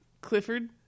Clifford